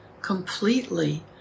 completely